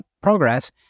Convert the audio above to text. progress